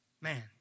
Man